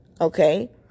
okay